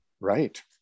right